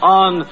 on